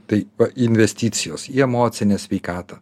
tai investicijos į emocinę sveikatą